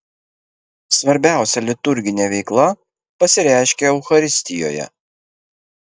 svarbiausia liturginė veikla pasireiškia eucharistijoje